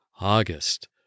August